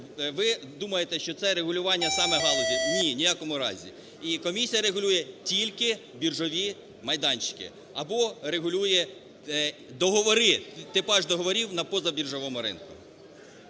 ви думаєте, що це регулювання саме галузі. Ні, ні в якому разі. Комісія регулює тільки біржові майданчики або регулює договори, типаж договорів на позабіржовому ринку.